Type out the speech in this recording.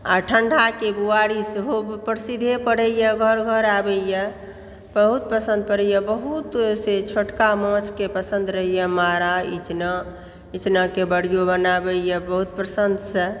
आ ठण्डा के बुआरी सेहो प्रसिद्धे पड़ै यऽ घर घर आबै यऽ बहुत पसन्द पड़ै यऽ बहुत से छोटका माछ के पसन्द रहै यऽ मारा इचना इचना के बरीयो बनाबै यऽ बहुत पसन्द सऽ